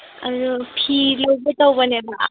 ꯑꯗꯨ ꯐꯤ ꯂꯧꯒꯦ ꯇꯧꯕꯅꯦꯕ